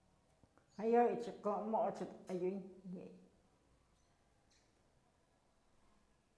Jayoyëch kon moch jadun adyun yëyë.